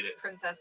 Princess